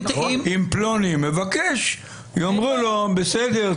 אם פלוני יבקש יאמרו לו: בסדר,